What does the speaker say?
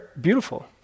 beautiful